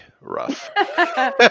rough